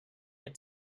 had